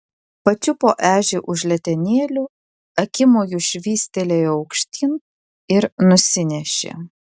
pačiupo ežį už letenėlių akimoju švystelėjo aukštyn ir nusinešė